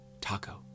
taco